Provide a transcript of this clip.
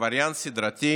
עבריין סדרתי